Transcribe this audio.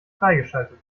freigeschaltet